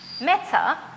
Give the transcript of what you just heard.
Meta